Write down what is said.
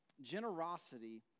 Generosity